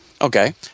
okay